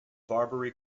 barbary